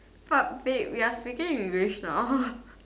but babe we are speaking English now